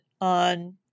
on